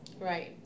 Right